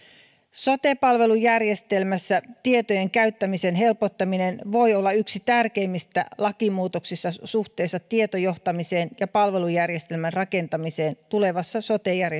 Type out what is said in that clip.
sote palvelujärjestelmässä tietojen käyttämisen helpottaminen voi olla yksi tärkeimmistä lakimuutoksista suhteessa tietojohtamiseen ja palvelujärjestelmän rakentamiseen tulevassa sote